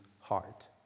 heart